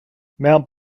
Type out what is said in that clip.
mount